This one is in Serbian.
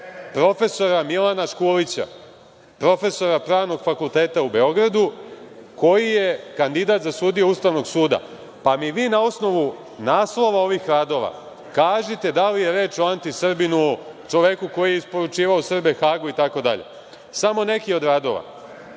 profesora Milana Škulića, profesora Pravnog fakulteta u Beogradu koji je kandidat za sudiju Ustavnog suda, pa mi vi na osnovu naslova ovih radova kažite da li je reč o anti Srbinu, čoveku koji je isporučivao Srbe Hagu itd. Samo neki od radova: